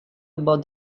about